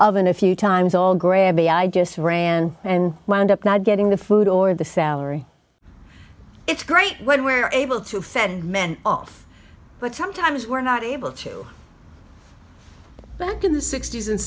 oven a few times all grabby i just ran and wound up not getting the food or the salary it's great when we are able to fend men off but sometimes we're not able to back in the sixty's and